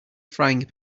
frying